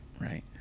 right